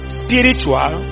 spiritual